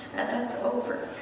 and that's over.